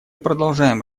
продолжаем